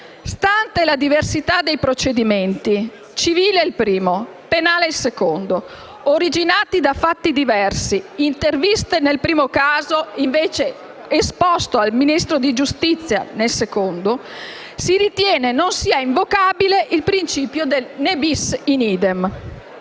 Stante la diversità dei procedimenti - civile il primo, penale il secondo - originati da fatti diversi (interviste nel primo caso ed esposto al Ministro della giustizia nel secondo), si ritiene non sia invocabile il principio del *ne bis in idem*.